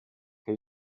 che